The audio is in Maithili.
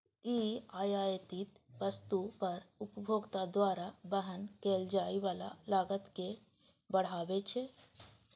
ई आयातित वस्तु पर उपभोक्ता द्वारा वहन कैल जाइ बला लागत कें बढ़बै छै